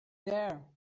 there